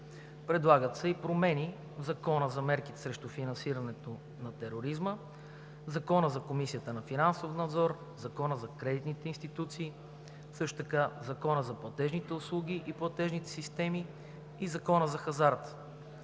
Предлагат се и промени в Закона за мерките срещу финансирането на тероризма, Закона за Комисията на финансов надзор, Закона за кредитните институции, също така в Закона за платежните услуги и платежните системи и в Закона за хазарта.